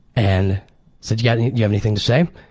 and said, yeah do you have anything to say?